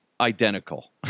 identical